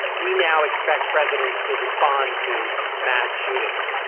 we now expect presidents to respond to mass shootings.